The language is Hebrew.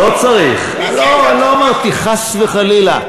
לא אמרתי, חס וחלילה.